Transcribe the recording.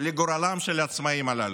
לגורלם של העצמאים הללו,